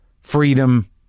Freedom